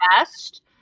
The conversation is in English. best